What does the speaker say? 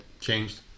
changed